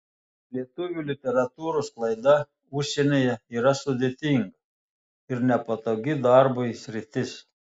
lietuvių literatūros sklaida užsienyje yra sudėtinga ir nepatogi darbui sritis